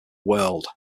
world